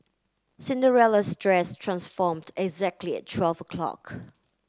Cinderella's dress transformed exactly at twelve o'clock